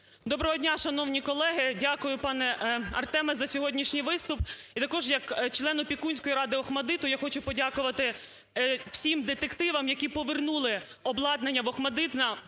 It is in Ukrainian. Доброго дня, шановні колеги! Дякую, пане Артеме, за сьогоднішній виступ. І також як член опікунської ради "Охматдиту" я хочу подякувати всім детективам, які повернули обладнання в "Охматдит"